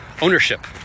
ownership